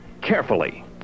carefully